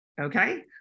okay